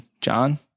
John